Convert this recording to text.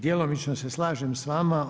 Djelomično se slažem s vama.